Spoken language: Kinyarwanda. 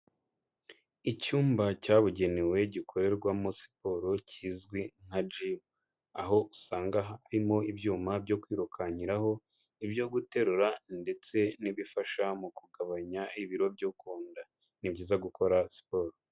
Icyumba cyabugenewe gikorerwamo siporo kizwi nka Jimu, aho usanga harimo ibyuma byo kwirukankiraho, ibyo guterura ndetse n'ibifasha mu kugabanya ibiro byo ku nda. Ni byiza gukora siporo.